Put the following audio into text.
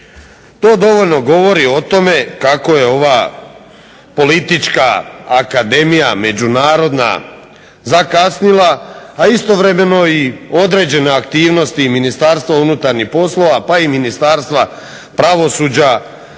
To dovoljno govori o tome kako je ova politička akademija međunarodna zakasnila, a istovremeno i određene aktivnosti i Ministarstvo unutarnjih poslova, pa i ministarstva pravosuđa